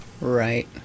Right